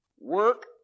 work